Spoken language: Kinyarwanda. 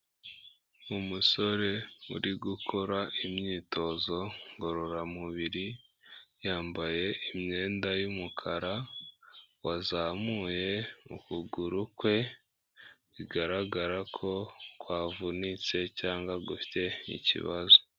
Umusore uri gukora imyitozo ngororamubiri, yambaye imyenda y'umukara, wazamuye ukuguru kwe bigaragara ko kwavunitse cyangwa gufite ikibazo.